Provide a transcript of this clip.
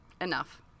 Enough